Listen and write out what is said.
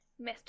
Mr